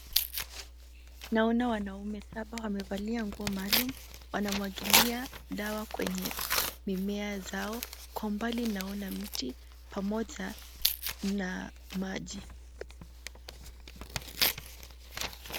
Naona wanaume saba wamevalia nguo maalum. Wanamwagilia dawa kwenye mimea zao. Kwa umbali, naona miti pamoja na maji.